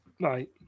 Right